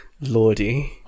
lordy